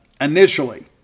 initially